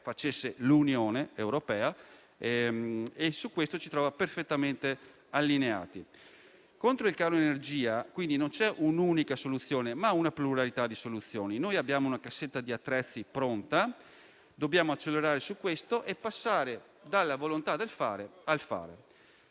facesse l'Unione europea; su questo ci trova perfettamente allineati. Contro il caro energia quindi non c'è un'unica soluzione, ma una pluralità di soluzioni. Noi abbiamo una cassetta degli attrezzi pronta, dobbiamo accelerare su questo e passare dalla volontà di fare al fare.